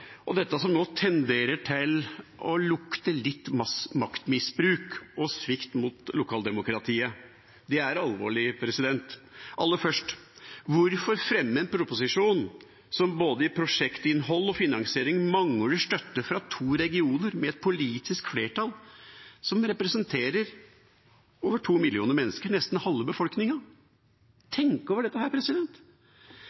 og dette som nå tenderer til å lukte litt maktmisbruk og svikt mot lokaldemokratiet. Det er alvorlig. Aller først: Hvorfor fremme en proposisjon som i både prosjektinnhold og finansiering mangler støtte fra to regioner, med et politisk flertall som representerer over to millioner mennesker, nesten halve